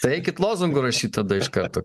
tai eikit lozungų rašyt tada iš karto